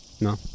No